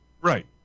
Right